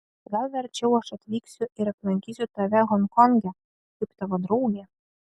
gal verčiau aš atvyksiu ir aplankysiu tave honkonge kaip tavo draugė